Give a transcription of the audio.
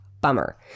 Bummer